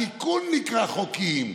התיקון נקרא חוק איים.